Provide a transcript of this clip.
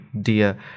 dear